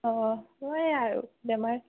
অঁ মই এইয়া আৰু বেমাৰ